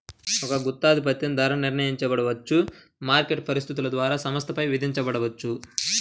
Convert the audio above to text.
ఒక గుత్తాధిపత్యం ధర నిర్ణయించబడవచ్చు, మార్కెట్ పరిస్థితుల ద్వారా సంస్థపై విధించబడవచ్చు